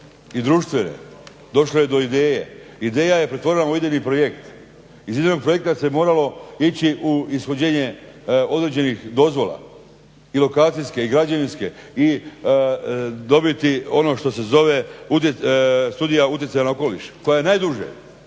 i društvene, došlo je do ideje. Ideja je pretvorena u idejni projekt. Iz idejnog projekta se moralo ići u ishođenje određenih dozvola i lokacijske i građevinske i dobiti ono što se zove Studija utjecaja na okoliš koja je najduže